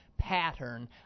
pattern